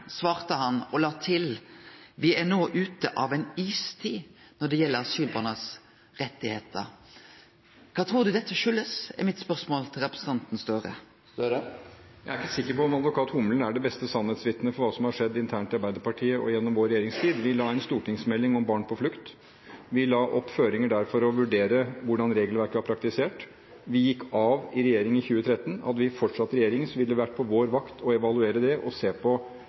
svarte han nei, og la til at me no var ute av ei istid når det gjaldt rettane til asylbarna. Spørsmålet mitt til representanten Gahr Støre er: Kva trur du dette kjem av? Jeg er ikke sikker på at advokat Humlen er det beste sannhetsvitnet for hva som har skjedd internt i Arbeiderpartiet og gjennom vår regjeringstid. Vi la fram en stortingsmelding om barn på flukt. Vi la der føringer for å vurdere hvordan regelverket var praktisert. Vår regjering gikk av i 2013. Hadde vi fortsatt i regjering, hadde det vært på vår vakt å evaluere det og se på